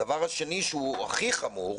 הדבר השני, שהוא הכי חמור,